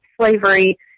slavery